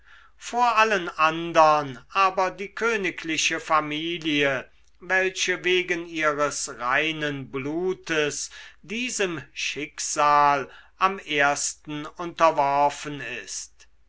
vor allen andern aber die königliche familie welche wegen ihres reinen blutes diesem schicksal am ersten unterworfen ist